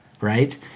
right